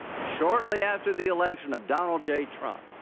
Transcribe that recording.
shortly after the election of donald j. trump.